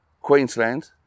Queensland